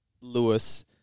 Lewis